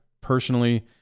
personally